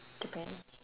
depends